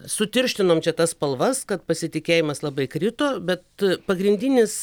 sutirštinom čia tas spalvas kad pasitikėjimas labai krito bet pagrindinis